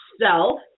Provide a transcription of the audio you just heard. self